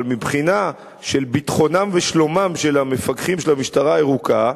אבל מבחינת ביטחונם ושלומם של המפקחים של המשטרה הירוקה,